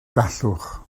gallwch